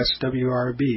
swrb